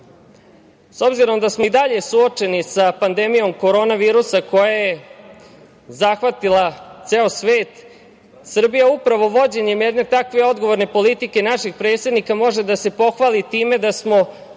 obzirom da smo i dalje suočeni sa pandemijom korona virusa koja je zahvatila ceo svet, Srbija upravo vođenjem jedne takve odgovorne politike našeg predsednika može da se pohvali time da smo